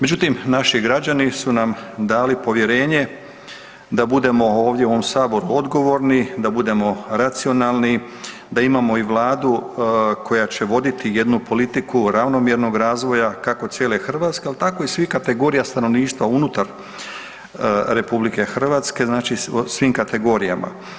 Međutim, naši građani su nam dali povjerenje da budemo ovdje u ovom Saboru odgovorni, da budemo racionalni, da imamo i Vladu koja će voditi jednu politiku ravnomjernog razvoja kako cijene Hrvatske, ali tako i svih kategorija stanovništva unutar Republike Hrvatske, znači svim kategorijama.